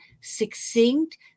succinct